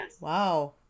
Wow